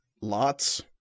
Lots